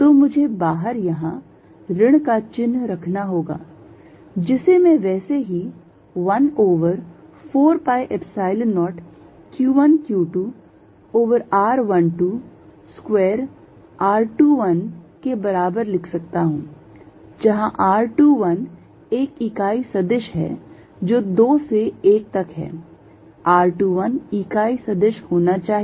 तो मुझे बाहर यहां ऋण का चिन्ह रखना होगा जिसे मैं वैसे ही 1 over 4 pi Epsilon 0 q1 q2 over r12 square r 2 1 के बराबर लिख सकता हूं जहां r21 एक इकाई सदिश है जो 2 से 1 तक है r21 इकाई सदिश होना चाहिए